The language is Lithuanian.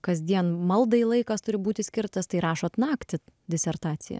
kasdien maldai laikas turi būti skirtas tai rašot naktį disertaciją